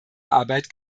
arbeit